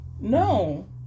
no